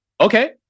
Okay